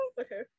Okay